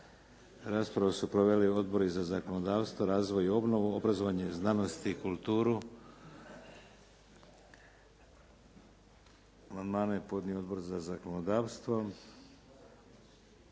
Raspravu su proveli: Odobri za zakonodavstvo, razvoj i obnovu, obrazovanje, znanost i kulturu. Amandmane je podnio Odbor za zakonodavstvo.